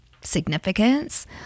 significance